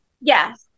Yes